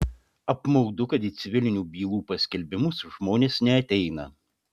apmaudu kad į civilinių bylų paskelbimus žmonės neateina